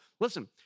listen